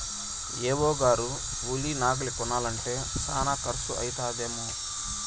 AO గారు ఉలి నాగలి కొనాలంటే శానా కర్సు అయితదేమో